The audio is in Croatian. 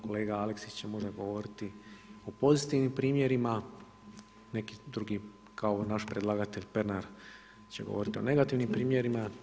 Kolega Aleksić će možda govoriti o pozitivnim primjerima, neki drugi kao naš predlagatelj Pernar će govoriti o negativnim primjerima.